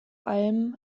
allem